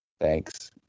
Thanks